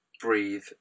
breathe